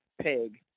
pig